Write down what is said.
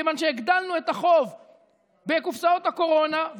מכיוון שהגדלנו את החוב בקופסאות הקורונה,